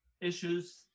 issues